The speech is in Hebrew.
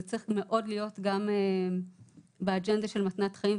זה צריך להיות גם מאוד באג'נדה של מתנת חיים,